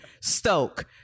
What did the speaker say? Stoke